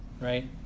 right